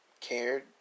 cared